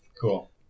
Cool